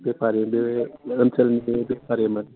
बेफारि बे ओनसोलनि बेफारिमोन